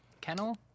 kennel